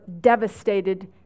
devastated